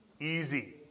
easy